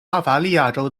巴伐利亚州